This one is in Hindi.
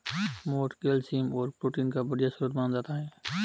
मोठ कैल्शियम और प्रोटीन का बढ़िया स्रोत माना जाता है